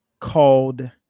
called